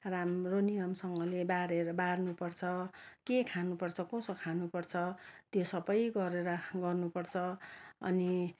राम्रो नियमसँगले बारेर बार्नुपर्छ के खानुपर्छ कसो खानुपर्छ त्यो सबै गरेर गर्नुपर्छ अनि